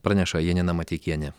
praneša janina mateikienė